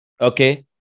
okay